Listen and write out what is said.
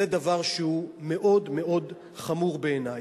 זה דבר שהוא מאוד חמור בעיני.